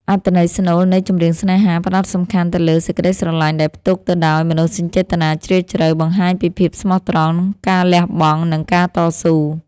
អត្ថន័យស្នូលនៃ ចម្រៀងស្នេហា ផ្ដោតសំខាន់ទៅលើសេចក្ដីស្រឡាញ់ដែលផ្ទុកទៅដោយមនោសញ្ចេតនាជ្រាលជ្រៅ បង្ហាញពីភាពស្មោះត្រង់ ការលះបង់ និងការតស៊ូ